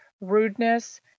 Rudeness